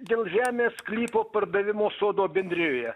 dėl žemės sklypo pardavimo sodo bendrijoje